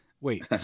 Wait